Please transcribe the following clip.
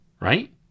Right